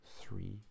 three